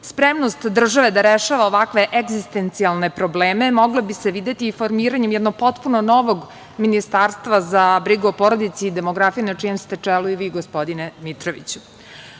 Spremnost države da rešava ovakve egzistencijalne probleme mogla bi se videti i formiranje jedno potpuno novog Ministarstva za brigu o porodici i demografije na čijem ste čelu i vi gospodine